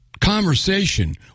conversation